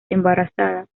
embarazada